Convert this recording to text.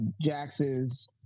Jax's